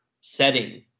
setting